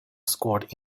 scored